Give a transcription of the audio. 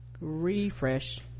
refresh